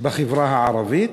בחברה הערבית?